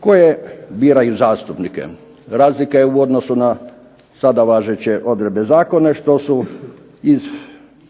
koji biraju zastupnike. Razlika je u odnosu na sada važeće odredbe Zakona što su iz kruga